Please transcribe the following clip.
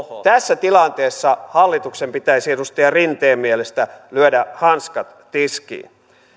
tässä tilanteessa hallituksen pitäisi edustaja rinteen mielestä lyödä hanskat tiskiin